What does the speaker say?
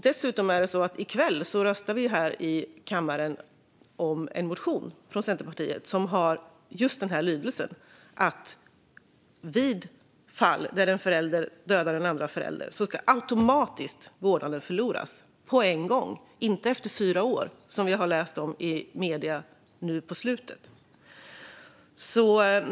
Dessutom röstar vi i kväll här i kammaren om en motion från Centerpartiet som har just den lydelsen att i fall där en förälder dödar den andra föräldern ska vårdnaden förloras automatiskt och på en gång - inte efter fyra år, som vi har läst om i medierna nu på sistone.